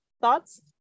thoughts